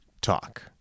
talk